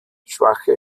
schwache